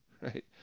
Right